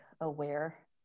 aware